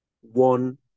One